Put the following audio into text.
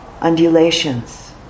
undulations